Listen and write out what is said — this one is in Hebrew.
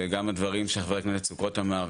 וגם הדברים שחבר הכנסת סוכות אמר,